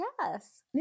Yes